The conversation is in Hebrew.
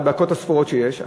בדקות הספורות שיש,